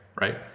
right